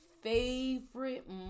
favorite